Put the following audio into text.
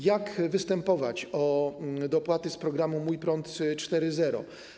Jak występować o dopłaty z programu ˝Mój prąd˝ 4.0?